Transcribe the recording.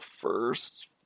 first